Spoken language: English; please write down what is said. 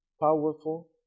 Powerful